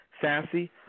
sassy